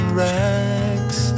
rags